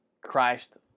Christ